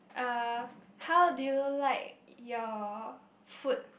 uh how do you like your food